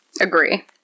Agree